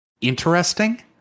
interesting